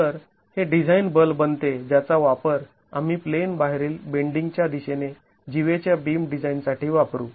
तर हे डिझाईन बल बनते ज्याचा वापर आम्ही प्लेन बाहेरील बेंडींग च्या दिशेने जीवेच्या बीम डिझाईन साठी वापरू